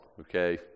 okay